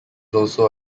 also